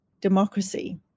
democracy